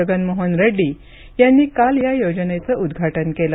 जगन मोहन रेड्डी यांनी या योजनेचं उद्घाटन केलं